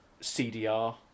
CDR